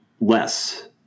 less